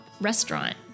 restaurant